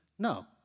No